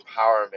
empowerment